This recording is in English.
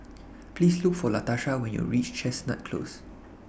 Please Look For Latasha when YOU REACH Chestnut Close